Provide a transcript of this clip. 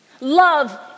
Love